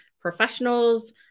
professionals